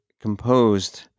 composed